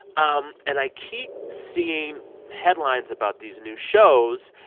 um and i keep seeing headlines about these new shows,